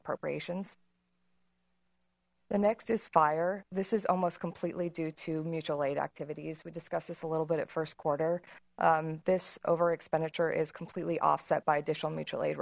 appropriations the next is fire this is almost completely due to mutual aid activities we discuss this a little bit at first quarter this over expenditure is completely offset by additional mutual